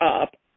up